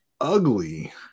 ugly